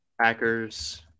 Packers